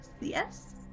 yes